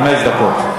חמש דקות.